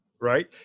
Right